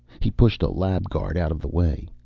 he pushed a lab guard out of the way.